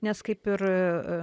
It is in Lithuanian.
nes kaip ir